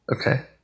okay